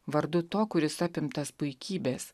vardu to kuris apimtas puikybės